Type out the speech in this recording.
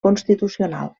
constitucional